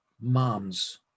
moms